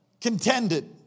contended